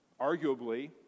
Arguably